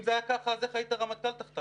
אם זה היה ככה אז איך היית רמטכ"ל תחתיו,